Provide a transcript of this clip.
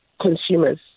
consumers